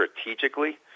strategically